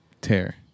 tear